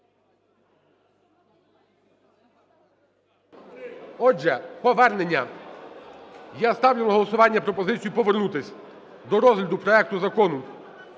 Отже, повернення. Я ставлю на голосування пропозицію повернутись до розгляду проекту Закону